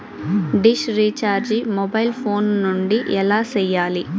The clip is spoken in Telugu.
డిష్ రీచార్జి మొబైల్ ఫోను నుండి ఎలా సేయాలి